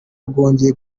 rwongeye